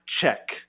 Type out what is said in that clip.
check